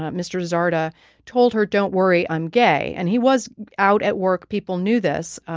mr. zarda told her, don't worry, i'm gay. and he was out at work. people knew this.